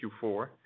Q4